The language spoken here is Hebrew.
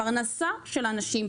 פרנסה של אנשים.